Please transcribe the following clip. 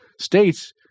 States